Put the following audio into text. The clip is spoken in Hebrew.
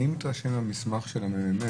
אני מתרשם מהמסמך של הממ"מ